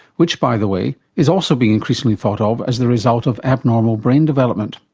which by the way, is also being increasingly thought of as the result of abnormal brain development.